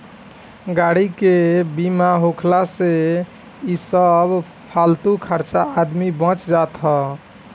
गाड़ी के बीमा होखला से इ सब फालतू खर्चा से आदमी बच जात हअ